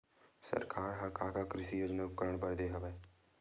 सरकार ह का का योजना कृषि उपकरण बर दे हवय?